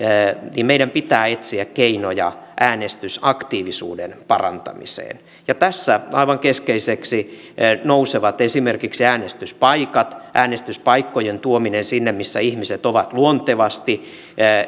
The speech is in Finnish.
etsiä keinoja äänestysaktiivisuuden parantamiseen ja tässä aivan keskeiseksi nousevat esimerkiksi äänestyspaikat äänestyspaikkojen tuominen sinne missä ihmiset ovat luontevasti